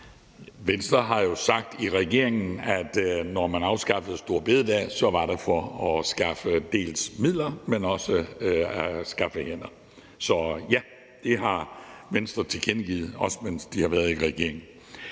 Venstre i regering har jo sagt, at når man afskaffede store bededag, var det for dels at skaffe midler, dels at skaffe hænder, så ja, det har Venstre tilkendegivet, også mens de har været i regering